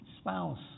spouse